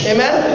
Amen